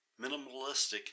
minimalistic